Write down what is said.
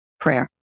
prayer